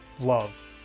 love